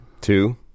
Two